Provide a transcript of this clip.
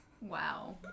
Wow